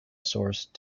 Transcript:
source